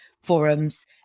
forums